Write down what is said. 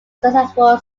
successful